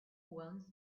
once